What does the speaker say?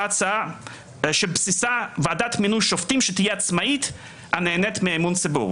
הצעה שבסיסה ועדת מינוי שופטים שתהיה עצמאית הנהנית מאמון ציבור.